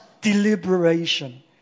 deliberation